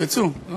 אבל